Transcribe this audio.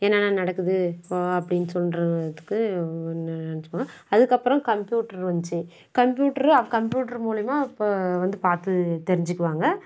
என்னென்ன நடக்குது வா அப்படின்னு சொல்கிற அதுக்கு ஒவ்வொன்று நினச்சிப்பாங்க அதுக்கப்புறம் கம்ப்யூட்டர் வந்துச்சி கம்ப்யூட்ரு கம்ப்யூட்ரு மூலமா இப்போ வந்து பார்த்து தெரிஞ்சுக்குவாங்க